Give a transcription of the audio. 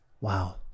Wow